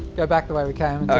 go back the way we came.